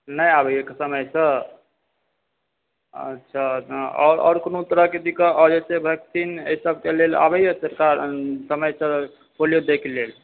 नहि आबयए समयसँ अच्छा आओर कोनो तरहके दिक्कत आओर जे छै वैक्सिन एहिसभकेँ लेल आबयए सरकार समयसँ पोलियो दयके लेल